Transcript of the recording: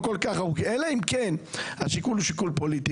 אבל יש פה גם פרמטר משפטי.